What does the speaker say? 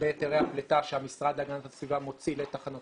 בהיתרי הפליטה שהמשרד להגנת הסביבה מוציא לתחנות